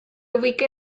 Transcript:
ubica